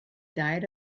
diet